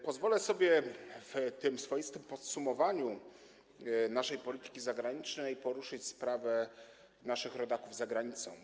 Pozwolę sobie w tym swoistym podsumowaniu naszej polityki zagranicznej poruszyć sprawę naszych rodaków za granicą.